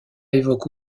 évoque